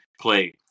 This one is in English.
play